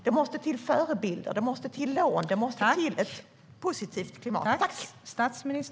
Det måste till förebilder. Det måste till lån. Det måste till ett positivt klimat.